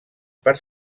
per